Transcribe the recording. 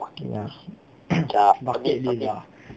ya bucket list ah